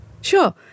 Sure